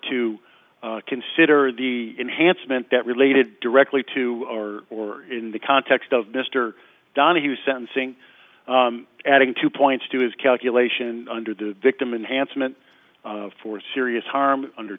to consider the enhancement that related directly to or in the context of mr donohue sentencing adding two points to his calculation under the victim enhanced meant for serious harm under